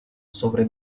sobre